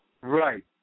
Right